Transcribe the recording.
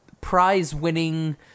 prize-winning